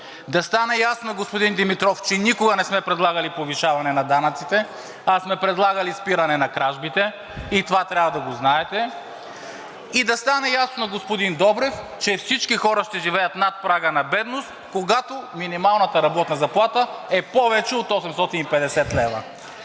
Да стане ясно, господин Димитров, че никога не сме предлагали повишаване на данъците, а сме предлагали спиране на кражбите и това трябва да го знаете. И да стане ясно, господин Добрев, че всички хора ще живеят над прага на бедност, когато минималната работна заплата е повече от 850 лв.